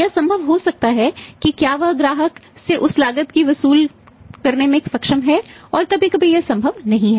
यह संभव हो सकता है कि क्या वह ग्राहक से उस लागत को वसूल करने में सक्षम है और कभी कभी यह संभव नहीं है